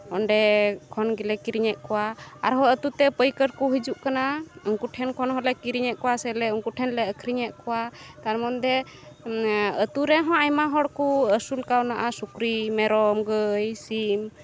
ᱚᱸᱰᱮ ᱠᱷᱚᱱ ᱜᱮᱞᱮ ᱠᱤᱨᱤᱧᱮᱫ ᱠᱚᱣᱟ ᱟᱨᱦᱚᱸ ᱟᱹᱛᱩᱛᱮ ᱯᱟᱹᱭᱠᱟᱹᱨ ᱠᱚ ᱦᱤᱡᱩᱜ ᱠᱟᱱᱟ ᱩᱱᱠᱩ ᱴᱷᱮᱱ ᱠᱷᱚᱱ ᱦᱚᱸᱞᱮ ᱠᱤᱨᱤᱧᱮᱫ ᱠᱚᱣᱟ ᱥᱮ ᱩᱱᱠᱩ ᱴᱷᱮᱱᱞᱮ ᱟᱹᱠᱷᱨᱤᱧᱮᱫ ᱠᱚᱣᱟ ᱛᱟᱨ ᱢᱚᱫᱽᱫᱷᱮ ᱟᱹᱛᱩ ᱨᱮᱦᱚᱸ ᱟᱭᱢᱟ ᱦᱚᱲᱠᱚ ᱟᱹᱥᱩᱞ ᱠᱟᱣᱱᱟ ᱥᱩᱠᱨᱤ ᱢᱮᱨᱚᱢ ᱜᱟᱹᱭ ᱥᱤᱢ